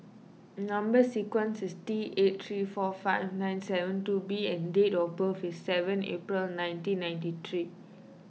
Number Sequence is T eight three four five nine seven two B and date of birth is seven April nineteen ninety three